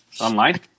Online